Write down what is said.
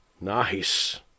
nice